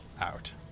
out